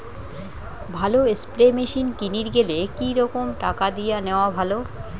ভালো spray machine কিনির গেলে কি রকম টাকা দিয়া নেওয়া ভালো?